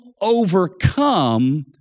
overcome